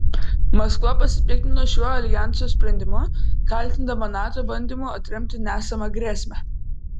maskva pasipiktino šiuo aljanso sprendimu kaltindama nato bandymu atremti nesamą grėsmę